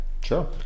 Sure